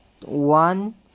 one